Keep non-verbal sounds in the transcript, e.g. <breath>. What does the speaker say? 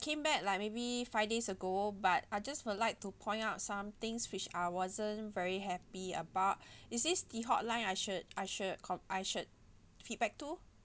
came back like maybe five days ago but I just would like to point out some things which are wasn't very happy about <breath> is this the hotline I should I should call I should feedback to